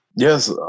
Yes